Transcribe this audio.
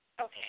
Okay